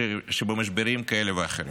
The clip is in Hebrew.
שבמשברים כאלה ואחרים.